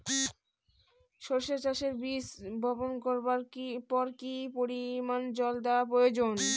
সরিষা চাষে বীজ বপন করবার পর কি পরিমাণ জল দেওয়া প্রয়োজন?